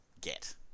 get